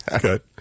Good